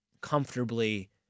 comfortably